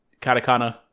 Katakana